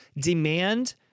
demand